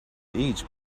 each